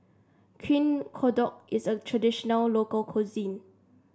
Kodok is a traditional local cuisine